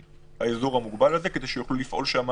האזור המוגבל הזה כדי שיוכלו לפעול שם,